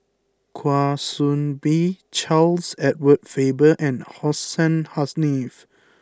Kwa Soon Bee Charles Edward Faber and Hussein Haniff